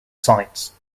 sites